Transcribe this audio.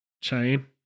chain